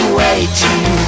waiting